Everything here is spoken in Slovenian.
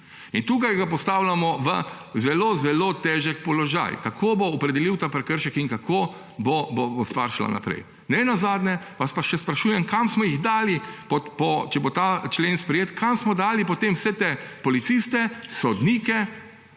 In tukaj ga postavljamo v zelo zelo težek položaj, kako bo opredelil ta prekršek in kako bo stvar šla naprej. Nenazadnje vas pa še sprašujem, če bo ta člen sprejet, kam smo dali potem vse te policiste, sodnike